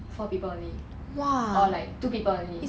four people only or like two people only